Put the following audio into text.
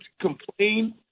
complain